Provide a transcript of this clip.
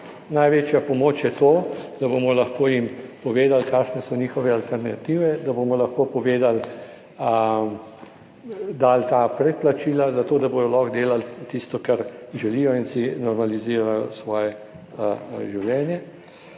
največja pomoč je to, da bomo lahko jim povedali, kakšne so njihove alternative, da bomo lahko povedali, dali ta predplačila za to, da bodo lahko delali tisto kar želijo in si normalizirajo svoje življenje.